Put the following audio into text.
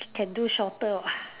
can do shorter [what]